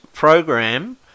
program